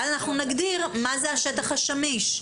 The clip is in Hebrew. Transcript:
ואז נגדיר מה זה השטח השמיש.